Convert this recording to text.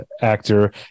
actor